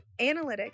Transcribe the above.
analytics